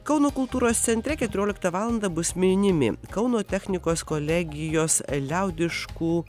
kauno kultūros centre keturioliktą valandą bus minimi kauno technikos kolegijos liaudiškų